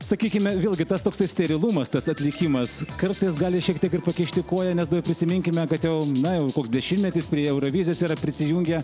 sakykime vėlgi tas toks sterilumas tas atlikimas kartais gali šiek tiek ir pakišti koją nes dar prisiminkime kad jau na jau koks dešimtmetis prie eurovizijos yra prisijungę